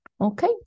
Okay